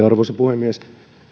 arvoisa puhemies